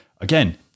again